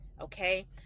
okay